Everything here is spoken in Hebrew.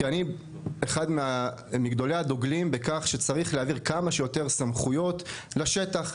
שאני אחד מגדולי הדוגלים בכך שצריך להעביר כמה שיותר סמכויות לשטח,